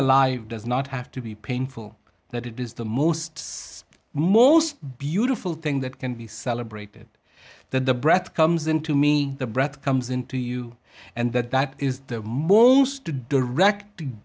alive does not have to be painful that it is the most most beautiful thing that can be celebrated that the breath comes into me the breath comes into you and that that is their moves to direct